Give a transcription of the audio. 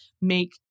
make